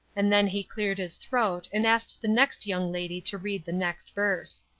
and then he cleared his throat and asked the next young lady to read the next verse.